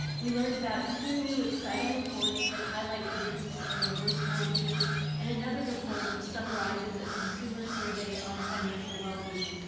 we learned about two new, exciting reports that highlight the risks of reverse mortgages and another report which summarizes a consumer survey on financial wellbeing.